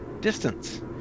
distance